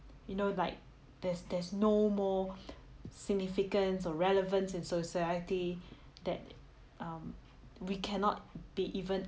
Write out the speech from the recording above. you know like there's there's no more significance or relevance in society that um we cannot be even